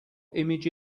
image